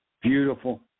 Beautiful